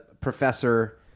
professor